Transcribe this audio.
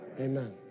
amen